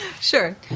sure